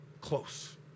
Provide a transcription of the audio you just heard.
close